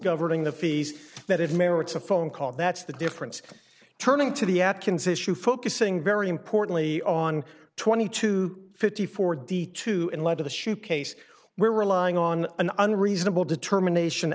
governing the fees that it merits a phone call that's the difference turning to the atkins issue focusing very importantly on twenty two fifty four d two and lead to the shoe case where relying on an unreasonable determination